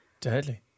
Deadly